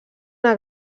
una